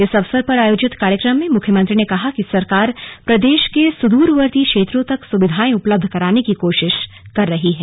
इस अवसर पर आयोजित कार्यक्रम में मुख्यमंत्री ने कहा कि सरकार प्रदेश के सुदूरवर्ती क्षेत्रों तक सुविधाएं उपलब्ध कराने की कोशिश कर रही है